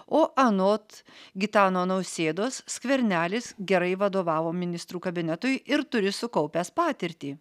o anot gitano nausėdos skvernelis gerai vadovavo ministrų kabinetui ir turi sukaupęs patirtį